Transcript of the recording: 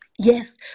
Yes